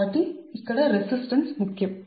కాబట్టి ఇక్కడ రెసిస్టెన్స్ ముఖ్యం